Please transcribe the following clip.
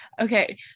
okay